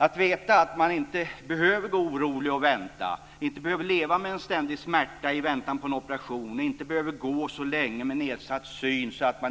Att veta att man inte behöver gå orolig och vänta, inte behöver leva med en ständig smärta i väntan på en operation och inte behöver gå så länge med nedsatt syn att man